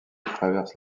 traverse